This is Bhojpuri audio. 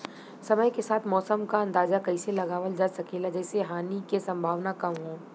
समय के साथ मौसम क अंदाजा कइसे लगावल जा सकेला जेसे हानि के सम्भावना कम हो?